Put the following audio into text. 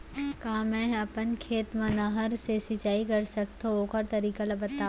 का मै ह अपन खेत मा नहर से सिंचाई कर सकथो, ओखर तरीका ला बतावव?